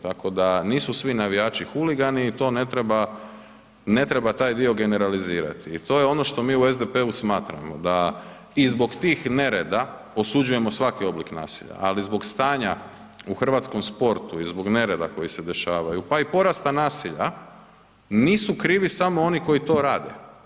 Tako da, nisu svi navijači huligani i to ne treba, ne treba taj dio generalizirati i to je ono što mi u SDP-u smatramo da i zbog tih nereda osuđujemo svaki oblik nasilja, ali zbog stanja u hrvatskom sportu i zbog nereda koji se dešavaju, pa i porasta nasilja, nisu krivi samo oni koji to rade.